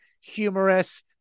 humorous